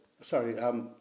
Sorry